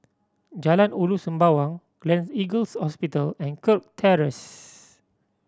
Jalan Ulu Sembawang Gleneagles Hospital and Kirk Terrace